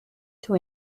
two